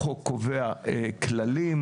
החוק קובע כללים,